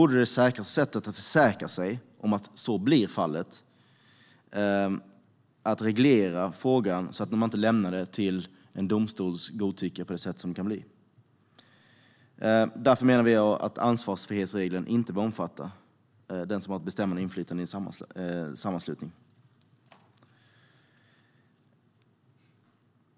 Det bästa sättet att försäkra sig om att så blir fallet borde då vara att reglera frågan så att man inte lämnar det till domstolens godtycke. Därför menar vi att ansvarsfrihetsregeln vid fara inte bör omfatta den som har ett bestämmande inflytande i en sammanslutning.